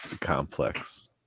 complex